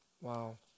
Wow